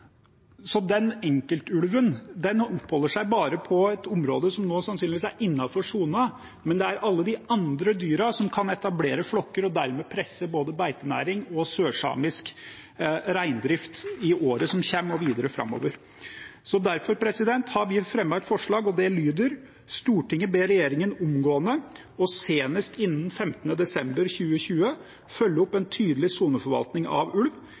så den enkeltulven oppholder seg bare på et område som nå sannsynligvis er innenfor sonen, mens det er alle de andre dyrene som kan etablere flokker og dermed presse både beitenæring og sørsamisk reindrift i året som kommer og videre framover. Derfor har vi fremmet et forslag, og det lyder: «Stortinget ber regjeringen omgående og senest innen 15. desember 2020, følge opp en tydelig soneforvaltning av ulv